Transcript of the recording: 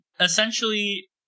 Essentially